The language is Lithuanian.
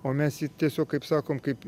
o mes jį tiesiog kaip sakom kaip